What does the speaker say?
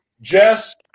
Jess